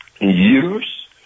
use